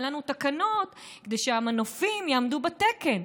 אין לנו תקנות כדי שהמנופים יעמדו בתקן,